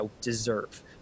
deserve